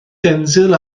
denzil